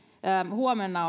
huomenna